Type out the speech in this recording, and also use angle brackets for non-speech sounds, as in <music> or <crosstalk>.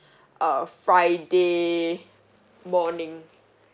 <breath> uh friday morning